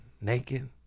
naked